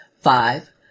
five